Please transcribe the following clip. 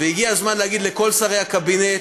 והגיע הזמן להגיד לכל שרי הקבינט,